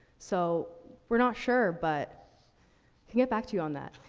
so we're not sure, but can get back to you on that.